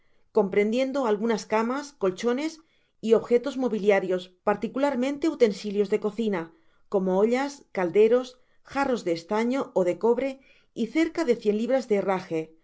comprendiendo algunas camas colchones y objetos moviliarios particularmente utensilios de cocina como ollas calderos jarros de estaño ó de cobre y cerca de cien libras de herraje